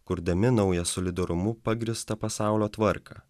kurdami naują solidarumu pagrįstą pasaulio tvarką